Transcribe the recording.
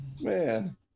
man